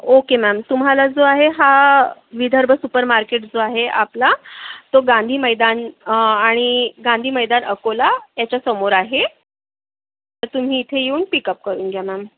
okay ma'am तुम्हाला जो आहे हा विदर्भ सुपरमार्केट जो आहे आपला तो गांधी मैदान आणि गांधी मैदान अकोला याच्यासमोर आहे तुम्ही इथे येऊन पिकउप करून घ्या मॅम